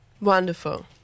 wonderful